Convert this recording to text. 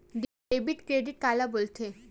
Debit credit काला बोल थे?